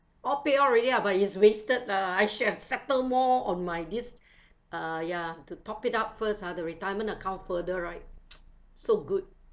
all paid already lah but is wasted lah I should have settled more on my this uh ya to top it up first ah the retirement account further right so good